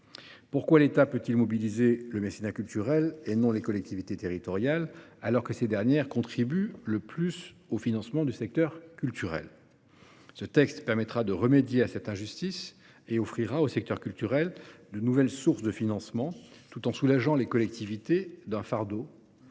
que l'État puisse mobiliser le mécénat culturel alors que les collectivités territoriales, qui contribuent le plus au financement du secteur culturel, ne le peuvent pas ? Ce texte permettra de remédier à cette injustice et offrira au secteur culturel de nouvelles sources de financement, tout en soulageant les collectivités d'un fardeau